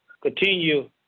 continue